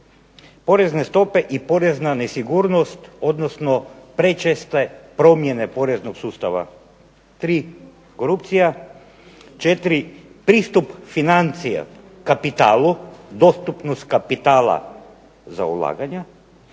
porezne stope i porezna nesigurnost, odnosno prečeste promjene poreznog sustava, tri korupcija, četiri pristup financija kapitalu, dostupnost kapitala za ulaganja,